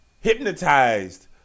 hypnotized